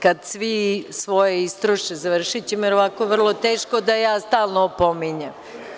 Kada svi svoje istroše završićemo, jer ovako je vrlo teško da ja stalno opominjem.